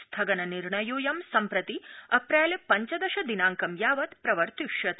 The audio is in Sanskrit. स्थगन निर्णयोड़यं सम्प्रति अप्रैल पञ्चदश दिनांकं यावत प्रवर्तिष्यते